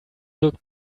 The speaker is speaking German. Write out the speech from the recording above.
wirkt